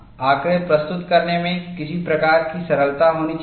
आंकड़े प्रस्तुत करने में किसी प्रकार की सरलता होनी चाहिए